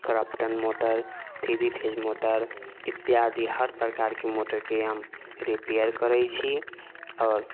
Crompton motor three phase motor इत्यादि हर प्रकारके मोटरके हम रिपेयर करै छी आओर